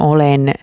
Olen